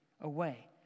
away